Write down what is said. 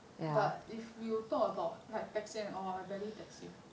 but if you talk about like texting and all I barely text him